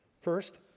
First